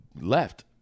left